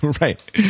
Right